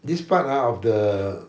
this part ah of the